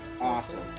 Awesome